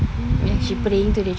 mm